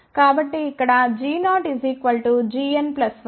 కాబట్టి ఇక్కడ g0 gn 1 1 సరే